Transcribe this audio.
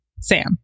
Sam